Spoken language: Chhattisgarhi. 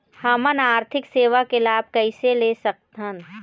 हमन आरथिक सेवा के लाभ कैसे ले सकथन?